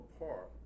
apart